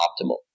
optimal